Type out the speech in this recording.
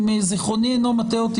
אם זכרוני אינו מטעה אותי,